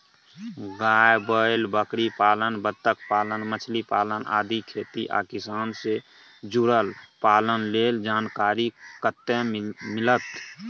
गाय, बैल, बकरीपालन, बत्तखपालन, मछलीपालन आदि खेती आ किसान से जुरल पालन लेल जानकारी कत्ते मिलत?